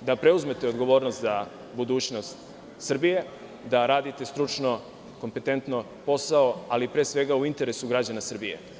da preuzmete odgovornost za budućnost Srbije, da radite stručno, kompetentno posao, ali pre svega u interesu građana Srbije.